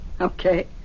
Okay